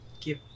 Give